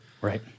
Right